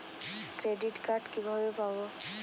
Credit card কিভাবে পাব?